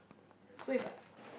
so if I